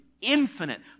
infinite